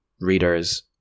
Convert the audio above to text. readers